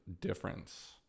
difference